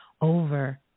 over